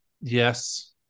Yes